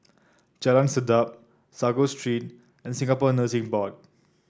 Jalan Sedap Sago Street and Singapore Nursing Board